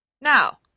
now